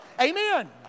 Amen